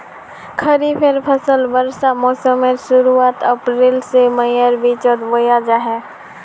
खरिफेर फसल वर्षा मोसमेर शुरुआत अप्रैल से मईर बिचोत बोया जाछे